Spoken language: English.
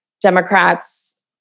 Democrats